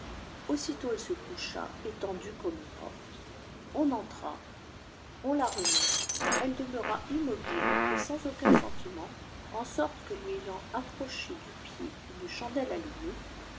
aussitôt elle se coucba étendue comzœ mortel on epira on if remua elle demeura immobile et aiis aucun sentiment en sorte que lui ayant approché du pied ne chande plumée